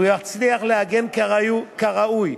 הוא יצליח להגן כראוי,